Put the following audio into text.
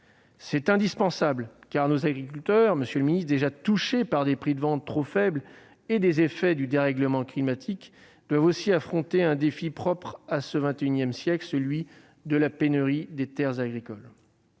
C'est indispensable, car nos agriculteurs, déjà touchés régulièrement par des prix de vente trop faibles et les effets du dérèglement climatique, doivent aussi affronter un défi propre à ce siècle, celui de la pénurie des terres agricoles.